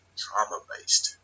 trauma-based